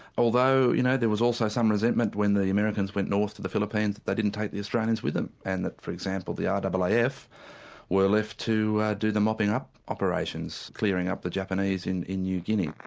although you know, there was also some resentment when the the americans went north to the philippines that they didn't take the australians with them, and that for example the ah and but like raaf were left to do the mopping up operations, clearing up the japanese in in new guinea.